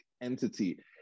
entity